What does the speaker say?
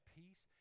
peace